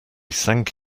sank